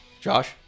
josh